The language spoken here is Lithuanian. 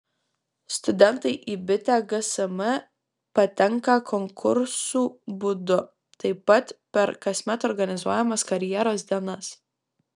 studentai į bitę gsm patenka konkursų būdu taip pat per kasmet organizuojamas karjeros dienas